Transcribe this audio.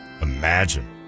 imagine